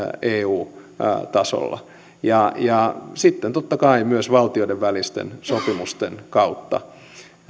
eu tasolla ja ja sitten totta kai myös valtioiden välisten sopimusten kautta